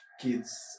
kids